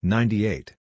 Ninety-eight